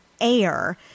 air